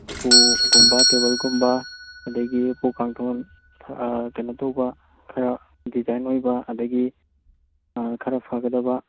ꯎꯄꯨꯒꯨꯝꯕ ꯇꯦꯕꯜꯒꯨꯝꯕ ꯑꯗꯨꯗꯒꯤ ꯎꯄꯨ ꯀꯥꯡꯊꯣꯟ ꯀꯩꯅꯣ ꯇꯧꯕ ꯈꯔ ꯗꯤꯖꯥꯏꯟ ꯑꯣꯏꯕ ꯑꯗꯩꯒꯤ ꯈꯔ ꯐꯒꯗꯕ